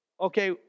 okay